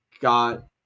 got